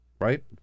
right